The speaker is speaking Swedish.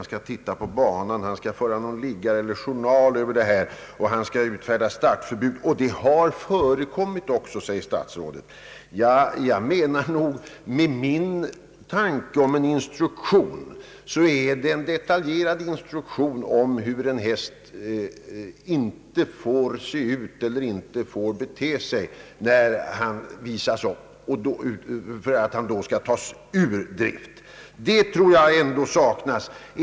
Banveterinären skall se på banan, han skall föra liggare eller journal och han skall utfärda startförbud — och herr statsrådet säger att detta också har förekommit. Min tanke om en instruktion innebär att den skall innehålla en detaljerad framställning om hur en häst inte får bete sig för den händelse han skall släppas fram. Jag tror att det är detta som saknas.